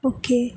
okay